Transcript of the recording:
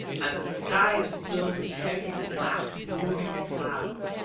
and the sky is filled with heavy, black moving clouds.